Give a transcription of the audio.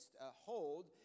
hold